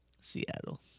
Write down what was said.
Seattle